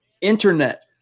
internet